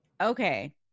Okay